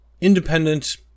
independent